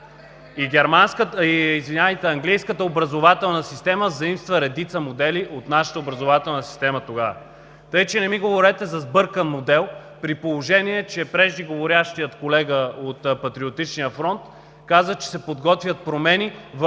И английската образователна система заимства редица модели от нашата образователна система тогава. (Реплики от ГЕРБ.) Така че не ми говорете за „сбъркан модел“, при положение че преждеговорящият колега от „Патриотичния фронт“ каза, че се подготвят промени в